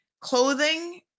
Clothing